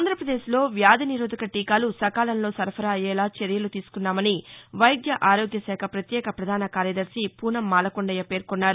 ఆంధ్రపదేశ్లో వ్యాధి నిరోధక టీకాలు సకాలంలో సరఫరా అయ్యేలా చర్యలు తీసుకున్నామని వైద్య ఆరోగ్య శాఖ పత్యేక పధాన కార్యదర్శి పూనం మాలకొండయ్య పేర్కొన్నారు